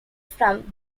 from